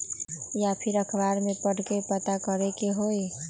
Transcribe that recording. या फिर अखबार में पढ़कर के पता करे के होई?